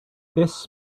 this